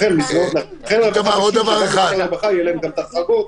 לכן --- שגם למוסדות רווחה יהיו את ההחרגות,